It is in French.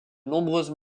nombreuses